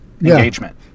engagement